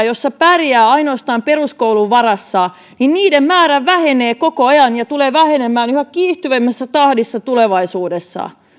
joissa pärjää ainoastaan peruskoulun varassa määrä vähenee koko ajan ja tulee vähenemään yhä kiihtyvämmässä tahdissa tulevaisuudessa